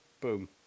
boom